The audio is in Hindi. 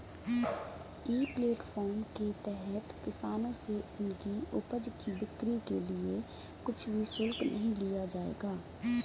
ई प्लेटफॉर्म के तहत किसानों से उनकी उपज की बिक्री के लिए कुछ भी शुल्क नहीं लिया जाएगा